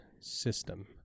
system